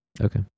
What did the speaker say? Okay